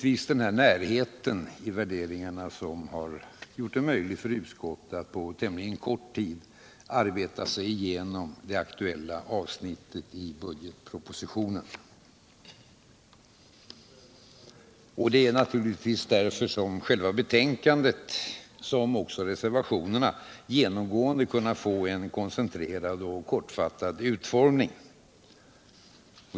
Det är denna närhet i värderingarna som har gjort det möjligt för utskottet att på tämligen kort tid arbeta sig igenom det aktuella avsnittet i budgetpropositionen. Det är också därför som själva betänkandet — liksom reservationerna — genomgående ' kunnat få en koncentrerad och kortfattad utformning.